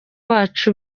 wacu